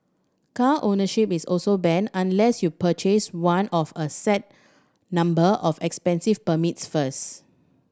car ownership is also banned unless you purchase one of a set number of expensive permits first